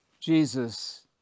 Jesus